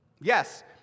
Yes